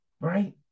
Right